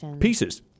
Pieces